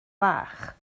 fach